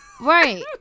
Right